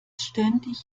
ständig